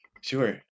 Sure